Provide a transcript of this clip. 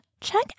check